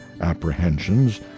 apprehensions